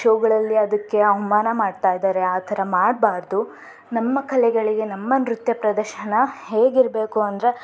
ಶೋಗಳಲ್ಲಿ ಅದಕ್ಕೆ ಅವಮಾನ ಮಾಡ್ತಾ ಇದ್ದಾರೆ ಆ ಥರ ಮಾಡಬಾರ್ದು ನಮ್ಮ ಕಲೆಗಳಿಗೆ ನಮ್ಮ ನೃತ್ಯ ಪ್ರದರ್ಶನ ಹೇಗಿರಬೇಕು ಅಂದರೆ